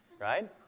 right